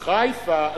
חיפה,